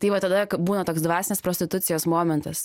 tai va tada būna toks dvasinės prostitucijos momentas